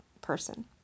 person